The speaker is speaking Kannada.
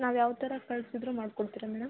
ನಾವು ಯಾವ್ತರ ಕಳಿಸಿದ್ರು ಮಾಡ್ಕೊಡ್ತೀರ ಮೇಡಮ್